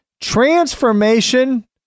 Transformation